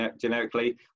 generically